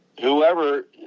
whoever